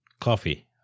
Coffee